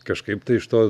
kažkaip tai iš to